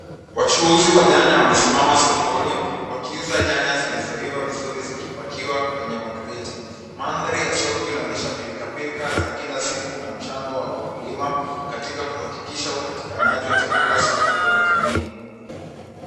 Wachuuzi wa nyanya wamesimama sokoni, wakiuza nyanya zilizoiva vizuri zikipakiwa kwenye makreti. Mandhari ya sokoni inaonyesha pilka pilka za kila siku na mchango wa wakulima katika kuhakikisha upatikanaji wa chakula safi kwenye jamii.